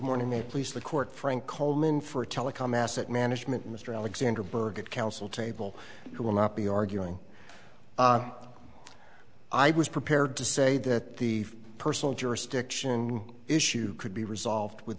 morning it please the court frank coleman for telecom asset management mr alexander berg at counsel table who will not be arguing i was prepared to say that the personal jurisdiction issue could be resolved with